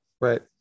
right